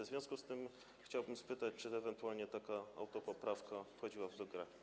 W związku z tym chciałbym zapytać, czy ewentualnie taka autopoprawka wchodziłaby w grę.